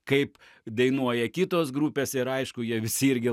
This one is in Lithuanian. kaip dainuoja kitos grupės ir aišku jie visi irgi